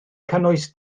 cynnwys